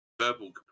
verbal